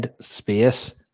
space